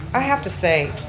i have to say,